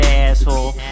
asshole